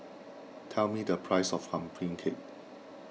tell me the price of Pumpkin Cake